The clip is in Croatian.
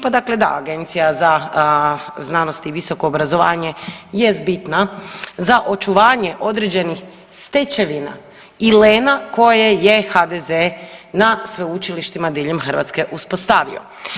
Pa dakle da, Agencija za znanost i visoko obrazovanje jest bitna za očuvanje određenih stečevina i lena koje je HDZ na sveučilištima diljem Hrvatske uspostavio.